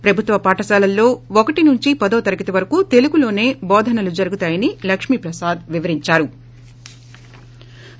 ప్రభుత్వ పాఠశాలల్లో ఒకటి నుంచి పదో తరగతి వరకు తెలుగులోనే బోధనలు జరుగుతాయని లక్ష్మి ప్రసాద్ వివరించారు